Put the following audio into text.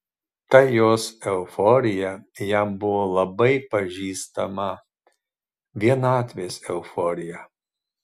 ta jos euforija jam buvo labai pažįstama vienatvės euforija